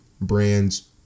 brands